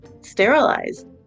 sterilized